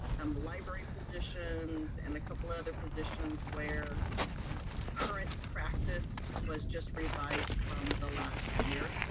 and the library positions, and a couple other positions where current practice was just revised from the last year.